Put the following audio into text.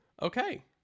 Okay